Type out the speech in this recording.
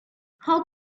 how